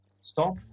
Stop